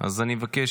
אז אני מבקש.